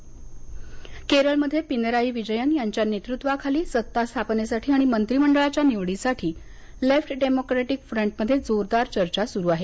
केरळ केरळमध्ये पिनरई विजयन यांच्या नेतृत्वाखाली सत्तास्थापनेसाठी आणि मंत्रीमंडळाच्या निवडीसाठी लेफ्ट डेमोक्रेटिक फ्रंटमध्ये जोरदार चर्चा सुरू आहे